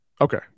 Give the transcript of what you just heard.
Okay